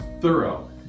thorough